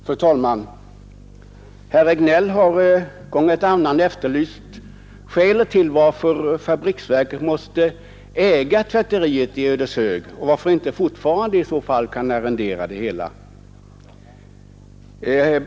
Fru talman! Herr Regnéll har gång efter annan efterlyst skälet till att fabriksverken måste äga tvätteriet i Ödeshög och frågat varför man inte fortfarande kan arrendera det hela.